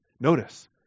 Notice